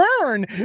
burn